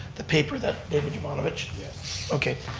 the paper that david jovanovich, okay,